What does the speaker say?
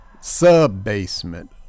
sub-basement